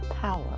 power